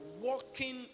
walking